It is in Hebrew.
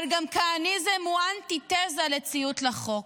אבל כהניזם הוא אנטיתזה לציות לחוק.